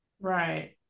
Right